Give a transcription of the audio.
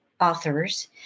authors